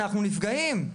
אנחנו נפגעים.